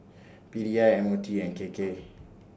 P D I M O T and K K